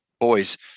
boys